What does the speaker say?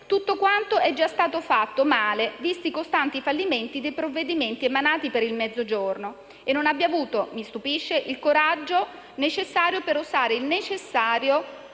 quanto è già stato fatto, e male, visti i costanti fallimenti dei provvedimenti emanati per il Mezzogiorno, e non abbia avuto - mi stupisce - il coraggio necessario per osare, ovvero